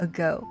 Ago